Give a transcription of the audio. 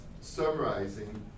summarizing